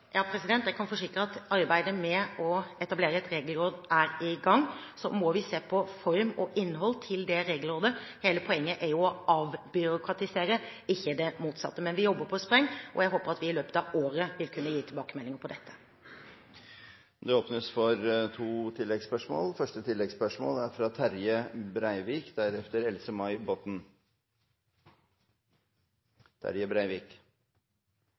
Jeg kan forsikre om at arbeidet med å etablere et regelråd er i gang. Så må vi se på regelrådets form og innhold. Hele poenget er jo å avbyråkratisere, ikke det motsatte. Vi jobber på spreng, og jeg håper at vi i løpet av året vil kunne gi tilbakemeldinger om dette. Det åpnes for to oppfølgingsspørsmål – først Terje Breivik.